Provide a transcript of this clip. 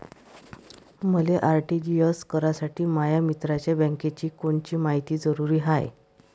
मले आर.टी.जी.एस करासाठी माया मित्राच्या बँकेची कोनची मायती जरुरी हाय?